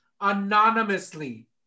anonymously